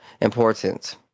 important